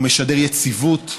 הוא משדר יציבות.